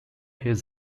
his